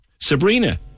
Sabrina